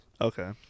Okay